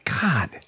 God